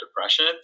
depression